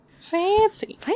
Fancy